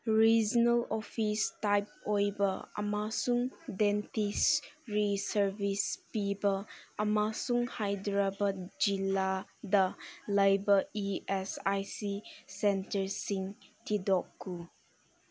regional office type ꯑꯣꯏꯕ ꯑꯃꯁꯨꯡ dentistry service ꯄꯤꯕ ꯑꯃꯁꯨꯡ ꯍꯥꯏꯗ꯭ꯔꯕꯥꯠ ꯖꯤꯂꯥꯗ ꯂꯩꯕ ꯏ ꯑꯦꯁ ꯑꯥꯏ ꯁꯤ ꯁꯦꯟꯇꯔꯁꯤꯡ ꯊꯤꯗꯣꯛꯎ